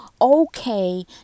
okay